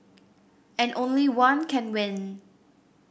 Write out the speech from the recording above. and only one can win